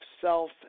self